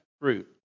fruit